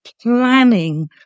planning